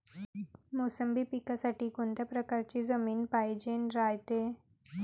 मोसंबी पिकासाठी कोनत्या परकारची जमीन पायजेन रायते?